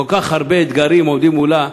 כל כך הרבה אתגרים עומדים מולה,